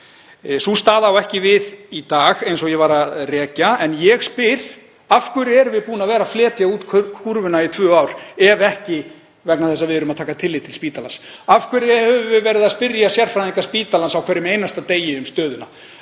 Sú staða á ekki við í dag, eins og ég var að rekja. Ég spyr: Af hverju höfum við verið að fletja út kúrfuna í tvö ár ef ekki vegna þess að við erum að taka tillit til spítalans? Af hverju höfum við verið að spyrja sérfræðinga spítalans um stöðuna á hverjum einasta degi?